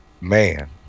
man